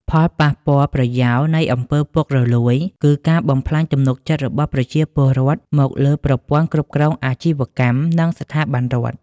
ផលប៉ះពាល់ប្រយោលនៃ អំពើពុករលួយ គឺការបំផ្លាញទំនុកចិត្តរបស់ប្រជាពលរដ្ឋមកលើប្រព័ន្ធគ្រប់គ្រងអាជីវកម្ម និងស្ថាប័នរដ្ឋ។